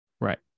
right